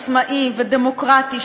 עצמאי ודמוקרטי,